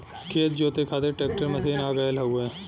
खेत जोते खातिर ट्रैकर मशीन आ गयल हउवे